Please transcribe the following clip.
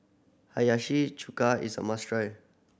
Hiyashi Chuka is a must try